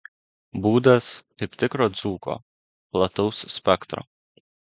būdas kaip tikro dzūko plataus spektro